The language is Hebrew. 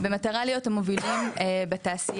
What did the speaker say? במטרה להיות המובלים בתעשייה,